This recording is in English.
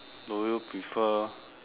do you prefer